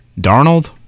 Darnold